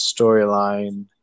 storyline